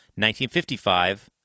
1955